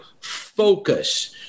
focus